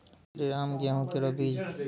श्रीराम गेहूँ केरो बीज?